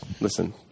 Listen